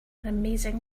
amazing